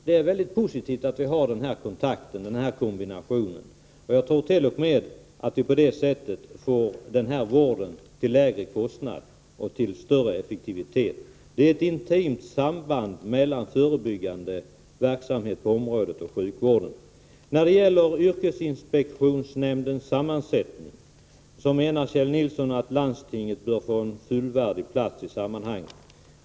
Det är mycket positivt med denna kontakt och med den här kombinationen. Jag tror t.o.m. att vi på detta sätt får vården till en lägre kostnad och med en större effektivitet. Det är ett intimt samband mellan förebyggande verksamhet på området och sjukvården. När det gäller yrkesinspektionsnämndens sammansättning menar Kjell Nilsson att landstinget bör få en fullvärdig plats i sammanhanget.